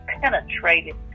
penetrated